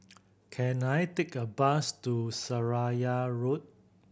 can I take a bus to Seraya Road